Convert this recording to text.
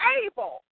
able